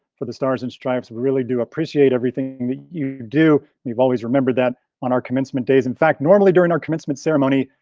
for the stars and stripes really do appreciate everything you do, you've always remembered that on our commencement days. in fact, normally during our commencement ceremony,